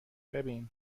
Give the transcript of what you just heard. ببین